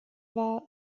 war